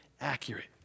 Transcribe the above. accurate